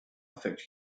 affect